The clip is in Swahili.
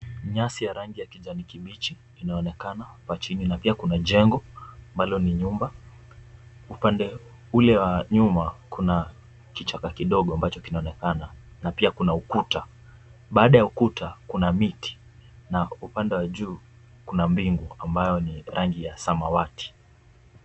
Nyasi ya rangi ya kijani kibichi inaonekana hapa chini na pia kuna jengo ambalo ni nyumba. Upande ule wa nyuma kuna kichaka kidogo ambacho kinaonekana na pia kuna ukuta. Baada ya ukuta kuna miti na upande wa juu kuna mbingu ambayo ni rangi ya samawati.